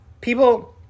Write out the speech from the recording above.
People